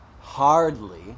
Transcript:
Hardly